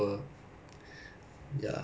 a bit sad